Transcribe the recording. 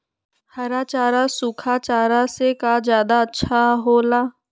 हरा चारा सूखा चारा से का ज्यादा अच्छा हो ला?